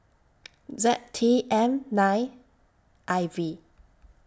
Z T M nine I V